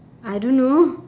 I don't know